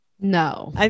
No